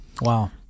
Wow